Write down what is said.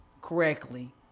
correctly